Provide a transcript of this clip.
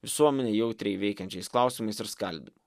visuomenę jautriai veikiančiais klausimais ir skaldymu